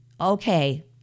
Okay